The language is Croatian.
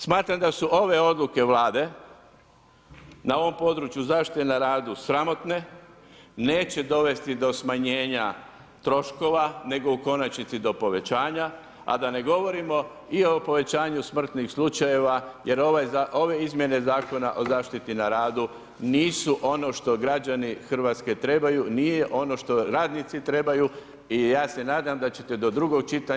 Smatram da su ove odluke Vlade na ovom području zaštite na radu sramotne, neće dovesti do smanjenja troškova nego u konačnici do povećanja, a da ne govorimo i o povećanju smrtnih slučajeva jer ove izmjene Zakona o zaštiti na radu nisu ono što građani Hrvatske trebaju, nije ono što radnici trebaju i ja se nadam da ćete do drugog čitanja stvari promijeniti.